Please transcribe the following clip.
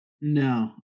No